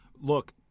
Look